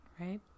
Right